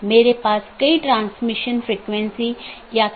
संदेश भेजे जाने के बाद BGP ट्रांसपोर्ट कनेक्शन बंद हो जाता है